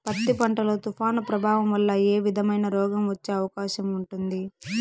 పత్తి పంట లో, తుఫాను ప్రభావం వల్ల ఏ విధమైన రోగం వచ్చే అవకాశం ఉంటుంది?